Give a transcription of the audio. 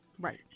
Right